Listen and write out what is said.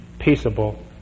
peaceable